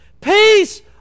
Peace